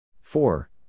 Four